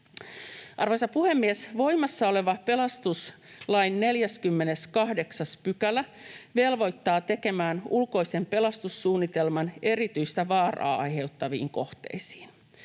Arvoisa puhemies! Voimassa oleva pelastuslain 48 § velvoittaa tekemään ulkoisen pelastussuunnitelman erityistä vaaraa aiheuttaviin kohteisiin.